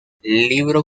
libro